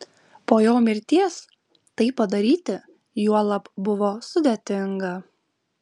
po jo mirties tai padaryti juolab buvo sudėtinga